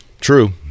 True